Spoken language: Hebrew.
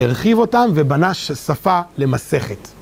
הרחיב אותם ובנה שפה למסכת